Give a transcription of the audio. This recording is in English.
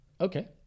okay